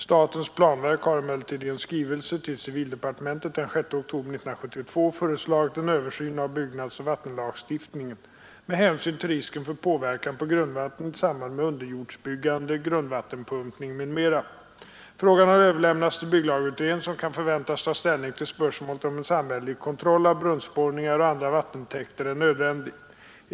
Statens planverk har emellertid i en skrivelse till civildepartementet den 6 oktober 1972 föreslagit en översyn av byggnadsoch vattenlagstiftningen med hänsyn till risken för påverkan på grundvattnet i samband med underjordsbyggande, grundvattenpumpning m.m. Frågan har överlämnats till bygglagutredningen som kan förväntas ta ställning till spörsmålet om en samhällelig kontroll av brunnsborrningar och andra vattentäkter är nödvändig.